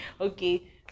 Okay